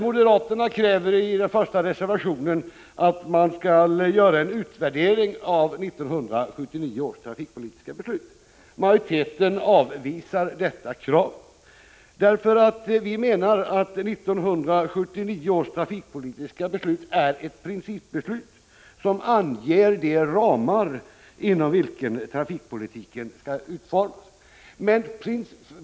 Moderaterna kräver i den första reservationen att det skall göras en utvärdering av 1979 års trafikpolitiska beslut. Utskottsmajoriteten avvisar detta krav, eftersom vi menar att 1979 års trafikpolitiska beslut är ett principbeslut där det anges inom vilka ramar trafikpolitiken skall utformas.